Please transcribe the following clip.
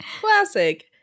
Classic